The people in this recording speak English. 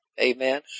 Amen